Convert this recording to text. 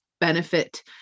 benefit